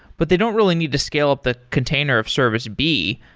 but they don't really need to scale up the container of service b.